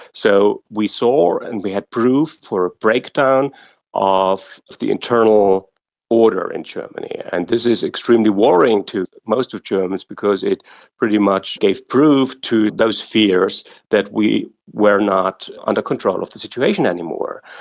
so we saw and we had proof for a breakdown of of the internal order in germany. and this is extremely worrying to most of germans because pretty much they've proved to those fears that we were not under control of the situation anymore.